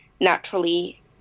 naturally